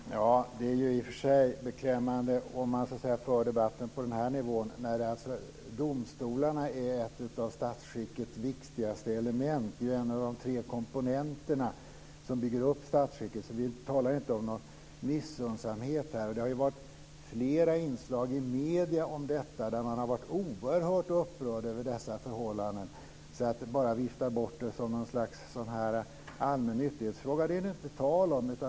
Fru talman! Det är ju i och för sig beklämmande om man för debatten på den här nivån. Domstolarna är en av statsskickets viktigaste element. De är en av de tre komponenter som bygger upp statsskicket. Vi talar inte om någon missunnsamhet här. Det har varit flera inslag i medierna om detta där man har varit oerhört upprörd över dessa förhållanden. Att bara vifta bort det som någon slags allmän nyttighetsfråga är det inte tal om.